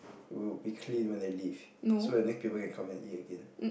would be clean when they leave so that next people can come and eat again